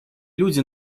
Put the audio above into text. люди